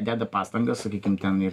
deda pastangas sakykim ten ir